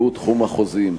והוא תחום החוזים.